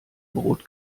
brot